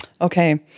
Okay